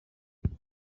bwayo